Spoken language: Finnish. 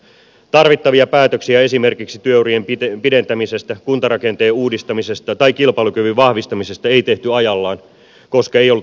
tarvittavia päätöksiä esimerkiksi työurien pidentämisestä kuntarakenteen uudistamisesta tai kilpailukyvyn vahvistamisesta ei tehty ajallaan koska ei ollut aivan pakko